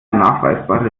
nachweisbare